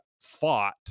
fought